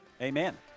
amen